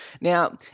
now